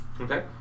Okay